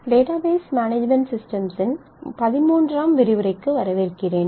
database management சிஸ்டம்ஸ்ன் பதின்மூன்றாம் விரிவுரைக்கு வரவேற்கிறேன்